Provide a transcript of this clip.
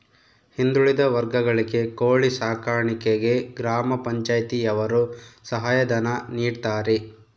ಹಿಂದುಳಿದ ವರ್ಗಗಳಿಗೆ ಕೋಳಿ ಸಾಕಾಣಿಕೆಗೆ ಗ್ರಾಮ ಪಂಚಾಯ್ತಿ ಯವರು ಸಹಾಯ ಧನ ನೀಡ್ತಾರೆ